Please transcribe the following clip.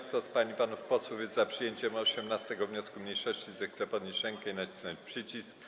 Kto z pań i panów posłów jest za przyjęciem 18. wniosku mniejszości, zechce podnieść rękę i nacisnąć przycisk.